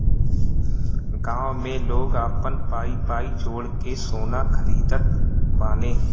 गांव में लोग आपन पाई पाई जोड़ के सोना खरीदत बाने